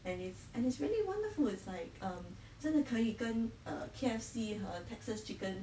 and it's and it's really wonderful it's like um 真的可以跟 err K_F_C 和 texas chicken